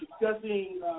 discussing